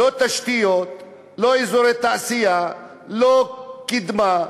לא תשתיות, לא אזורי תעשייה, לא קידמה,